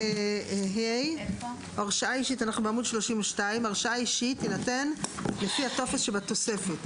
(ה)הרשאה אישית תינתן לפי הטופס שבתוספת,